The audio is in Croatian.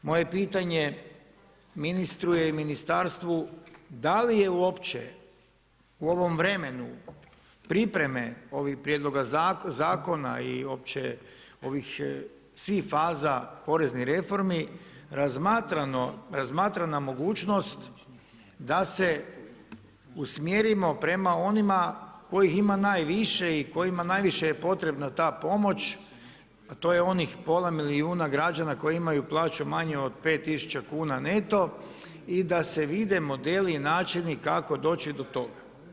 Moje pitanje ministru i ministarstvu je dali je uopće u ovom vremenu pripreme ovih prijedloga zakona i uopće ovih svih faza poreznih reformi, razmatrana mogućnost da se usmjerimo prema onima kojih ima najviše i kojima je potrebna ta pomoć, a to je onih pola milijuna građana koji imaju plaću manju od 5000 kn neto i da se vide modeli i načini kako doći do toga.